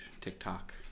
TikTok